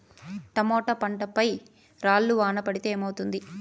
Tomato పంట పై రాళ్లు వాన పడితే ఏమవుతుంది?